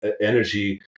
energy